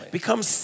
becomes